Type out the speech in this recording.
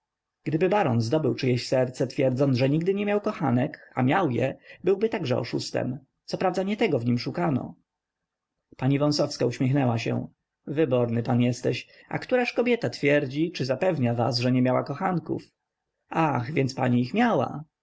gdyby baron zdobył czyjeś serce twierdząc że nigdy nie miał kochanek a miał je byłby także oszustem coprawda nie tego w nim szukano pani wąsowska uśmiechnęła się wyborny pan jesteś a któraż kobieta twierdzi czy zapewnia was że nie miała kochanków ach więc pani ich miała